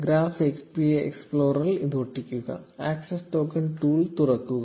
graph API എക്സ്പ്ലോററിൽ ഇത് ഒട്ടിക്കുക ആക്സസ് ടോക്കൺ ടൂൾ തുറക്കുക